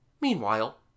Meanwhile